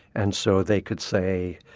and so they could say,